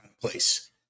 place